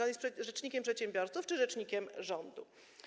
On jest rzecznikiem przedsiębiorców czy rzecznikiem rządu?